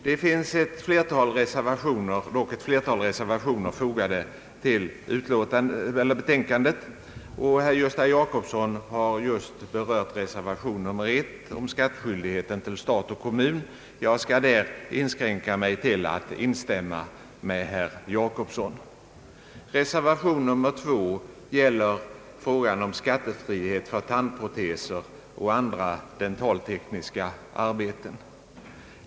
Det finns dock ett flertal reservationer fogade till betänkandet. Herr Gösta Jacobsson har just berört reservation 1 om skattskyldigheten för stat och kommun. Jag skall beträffande den inskränka mig till att instämma med herr Jacobsson. Reservation 2 gäller frågan om skattefrihet för tandproteser och andra dentaltekniska arbeten.